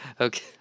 okay